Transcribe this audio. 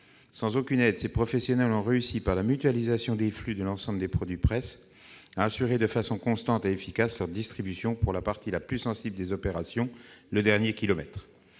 Sans aucune aide, ces professionnels ont réussi, par la mutualisation des flux de l'ensemble des produits de presse, à assurer de façon constante et efficace la distribution pour la partie la plus sensible des opérations, à savoir le dernier kilomètre.